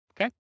okay